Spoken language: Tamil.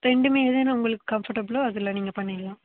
ரெண்டுமே எது வேணும் உங்களுக்கு கம்ஃபர்ட்டபிளோ அதில் நீங்கள் பண்ணிடலாம்